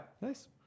Nice